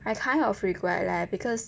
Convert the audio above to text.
I kind of regret leh because